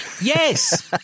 Yes